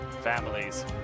Families